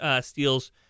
steals